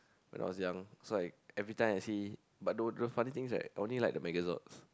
when I was young so like every time I see but no the funny thing is that I only like the Megazords